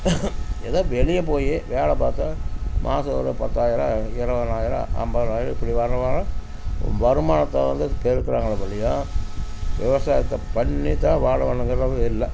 ஏதோ வெளியே போய் வேலை பார்த்தா மாதம் ஒரு பத்தாயிரம் இருபதுனாயிரம் ஐம்பதுனாயிரம் இப்படி வர வர வருமானத்தை வந்து பெருக்கிறாங்களே ஒழிய விவசாயத்தை பண்ணித்தான் வாழணுங்குறதளவு இல்லை